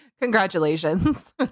congratulations